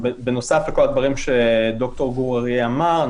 בנוסף לכל הדברים שד"ר גור אריה אמר,